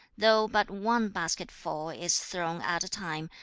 though but one basketful is thrown at a time,